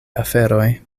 aferoj